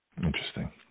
Interesting